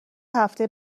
هفته